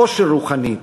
עושר רוחני,